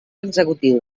executiu